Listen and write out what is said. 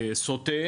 סוטה